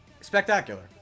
spectacular